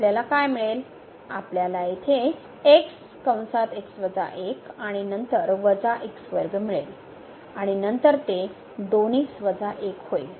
आपल्याला काय मिळेल आपल्याला येथे आणि नंतर मिळेल आणि नंतर ते 2x 1 होईल